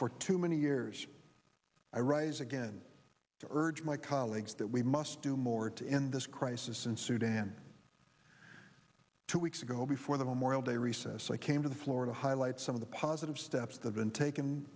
for too many years i rise again to urge my colleagues that we must do more to end this crisis in sudan two weeks ago before the memorial day recess i came to the florida highlight some of the positive steps that been taken